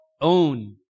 own